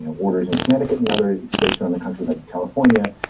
yeah orders in connecticut and other states around the country, like california,